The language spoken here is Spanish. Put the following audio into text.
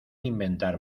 inventar